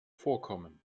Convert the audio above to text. vorkommen